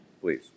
Please